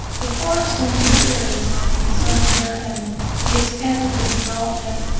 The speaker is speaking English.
the forest interior is my concern here, and the extent of the development.